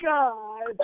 God